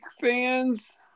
fans